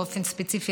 באופן ספציפי,